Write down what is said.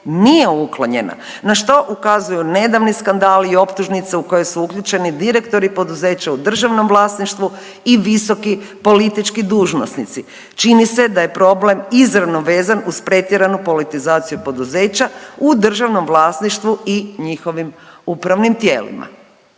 nije uvuklo njena na što ukazuju nedavni skandali i optužnice u koje su uključeni direktori i poduzeća u državnom vlasništvu i visoki politički dužnosnici. Čini se da je problem izravno vezan uz pretjeranu politizaciju poduzeća u državnom vlasništvu i njihovim upravnim tijelima.